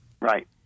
Right